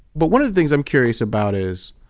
but one of the things i'm curious about is,